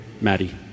Maddie